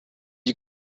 you